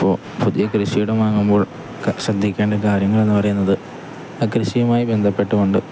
അപ്പോൾ പുതിയ കൃഷിയിടം വാങ്ങുമ്പോൾ ശ്രദ്ധിക്കേണ്ട കാര്യങ്ങൾ എന്ന് പറയുന്നത് ആ കൃഷിയുമായി ബന്ധപ്പെട്ടുകൊണ്ട്